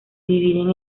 dividen